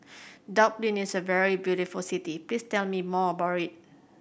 Dublin is a very beautiful city please tell me more about it